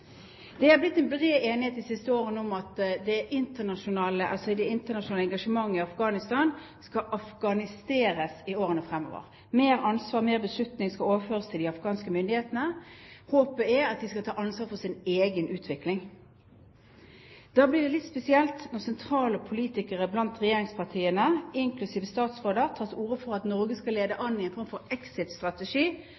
Det er blitt en bred enighet de siste årene om at det internasjonale engasjementet i Afghanistan skal afghaniseres i årene fremover. Mer ansvar og mer beslutning skal overføres til de afghanske myndighetene. Håpet er at de skal ta ansvar for sin egen utvikling. Da blir det litt spesielt når sentrale politikere blant regjeringspartiene, inklusive statsråder, tar til orde for at Norge skal lede